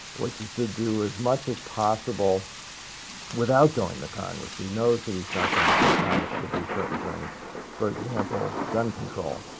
like is to do as much as possible without going to congress. he knows that he's not going to get congress to do certain things for example, gun control.